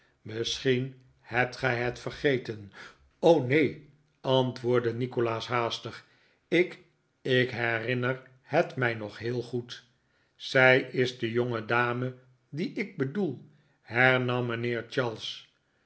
misschien hebt gij het vergeten neen antwoordde nikolaas haastig ik ik herinner het mij nog heel goed zij is de jongedame die ik bedoel hernam mijnheer charles